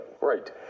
Right